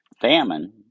famine